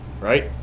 right